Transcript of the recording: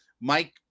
Mike